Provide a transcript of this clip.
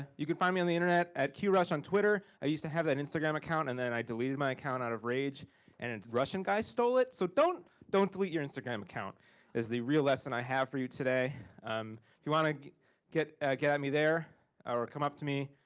you can find me on the internet at qrush on twitter. i used to have that instagram account, and then i deleted my account out of rage and a russian guy stole it. so, don't don't delete your instagram account is the real lesson i have for you today. if um you want, ah get ah at me there or come up to me.